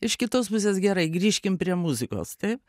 iš kitos pusės gerai grįžkim prie muzikos taip